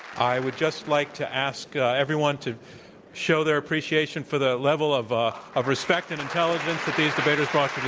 i would just like to ask everyone to show their appreciation for the level of ah of respect and intelligence that these debaters brought